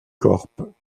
corps